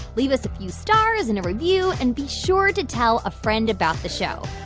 leave us a few stars and a review and be sure to tell a friend about the show.